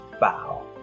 bow